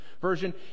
Version